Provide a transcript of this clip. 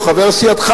הוא חבר סיעתך,